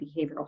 behavioral